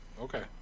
Okay